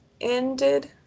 ended